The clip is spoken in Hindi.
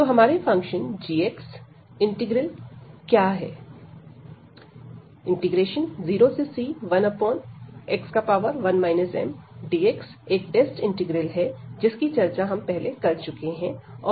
तो हमारे फंक्शन g इंटीग्रल क्या है 0c1x1 mdx एक टेस्ट इंटीग्रल है जिसकी चर्चा हम पहले कर चुके हैं